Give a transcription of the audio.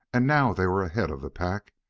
and now they were ahead of the pack,